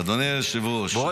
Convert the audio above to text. אדוני היושב-ראש.